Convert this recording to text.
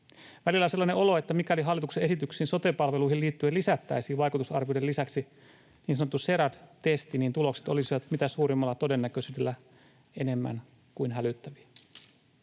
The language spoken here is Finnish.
Välillä on sellainen olo, että mikäli hallituksen esityksiin sote-palveluihin liittyen lisättäisiin vaikutusarvioiden lisäksi niin sanottu CERAD-testi, niin tulokset olisivat mitä suurimmalla todennäköisyydellä enemmän kuin hälyttäviä.